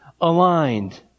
aligned